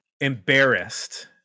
embarrassed